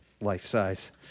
life-size